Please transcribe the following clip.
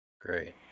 Great